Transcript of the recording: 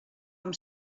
amb